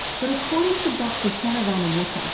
but according to dr saravanamuttu, ah